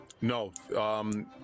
No